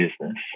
business